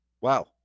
wow